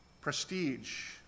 prestige